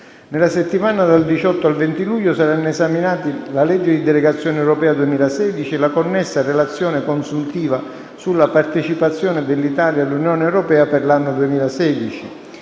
Nella settimana dal 18 al 20 luglio saranno esaminati la legge di delegazione europea 2016 e la connessa relazione consuntiva sulla partecipazione dell'Italia all'Unione europea per l'anno 2016.